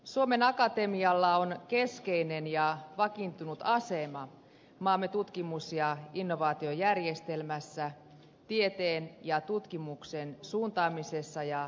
suomen akatemialla on keskeinen ja vakiintunut asema maamme tutkimus ja innovaatiojärjestelmässä tieteen ja tutkimuksen suuntaamisessa ja kehittämisessä